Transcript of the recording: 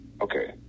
Okay